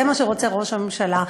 זה מה שרוצה ראש הממשלה.